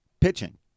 pitching